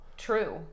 True